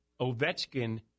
Ovechkin